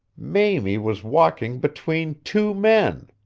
mamie was walking between two men.